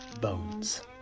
bones